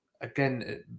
again